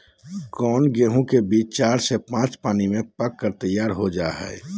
कौन गेंहू के बीज चार से पाँच पानी में पक कर तैयार हो जा हाय?